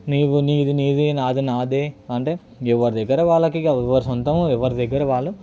నీవు నీది నీదే నాది నాదే అంటే ఎవరిదగ్గర వాళ్ళకిక ఎవరి సొంతం ఎవరిదగ్గర వాళ్ళు